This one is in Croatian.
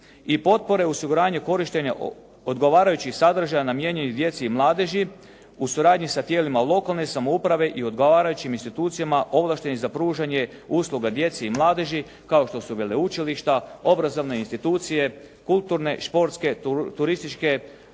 I potpore osiguranja korištenja odgovarajućih sadržaja namijenjenih djeci i mladeži u suradnji sa tijelima lokalne samouprave i odgovarajućim institucijama ovlaštenih za pružanje usluga djeci i mladeži kao što su veleučilišta, obrazovne institucije, kulturne, športske, turističke